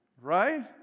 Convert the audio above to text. Right